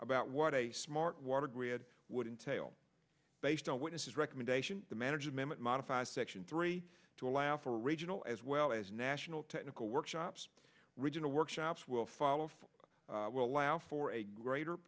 about what a smart water grid would entail based on what is recommendation the management modify section three to laugh original as well as national technical workshops regional workshops will follow for will allow for a greater